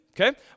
okay